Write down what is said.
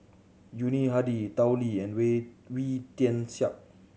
Yuni Hadi Tao Li and Wee Wee Tian Siak